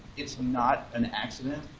it's not an accident.